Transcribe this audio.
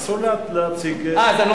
אסור להציג.